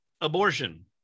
abortion